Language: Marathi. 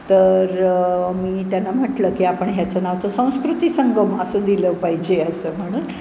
तर मी त्यांना म्हटलं की आपण ह्याचं नाव तर संस्कृती संगम असं दिलं पाहिजे असं म्हणून